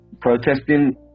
protesting